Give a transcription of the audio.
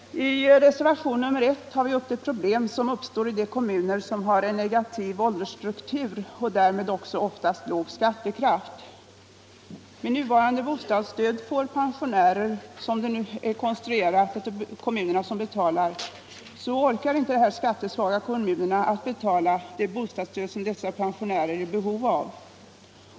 I reservation nr I a tar vi upp det problem som uppstår i de kommuner som har en negativ åldersstruktur och därmed oftast låg skattekraft. Med nuvarande konstruktion av bostadsstödet, enligt vilken det är kommunerna som betalar, orkar inte dessa skattesvaga kommuner med att betala det bostadsstöd som deras pensionärer är i behov av.